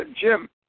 Jim